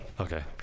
Okay